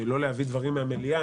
שלא להביא דברים מהמליאה,